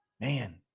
Man